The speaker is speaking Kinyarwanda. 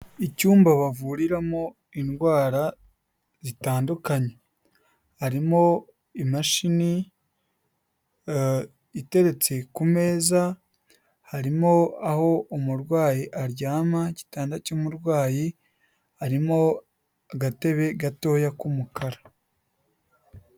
Icyumba bavuriramo indwara zitandukanye. Harimo imashini iteretse ku meza, harimo aho umurwayi aryama, igitanda cy'umurwayi, harimo agatebe gatoya k'umukara.